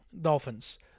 Dolphins